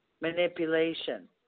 manipulation